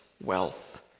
wealth